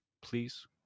please